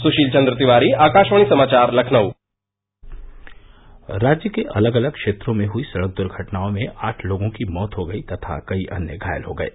सुशील चंद्र तिवारी आकाशवाणी समाचार लखनऊ राज्य के अलग अलग क्षेत्रों में हुई सड़क दुर्घटनाओं में आठ लोगों की मौत हो गई तथा कई अन्य घायल हो गये